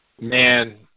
Man